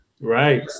Right